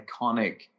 iconic